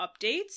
updates